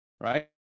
Right